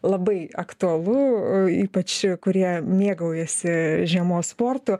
labai aktualu ypač kurie mėgaujasi žiemos sportu